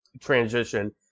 transition